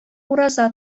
ураза